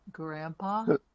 Grandpa